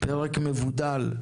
פרק מבודל,